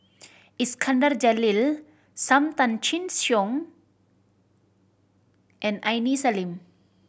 Iskandar Jalil Sam Tan Chin Siong and Aini Salim